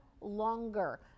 longer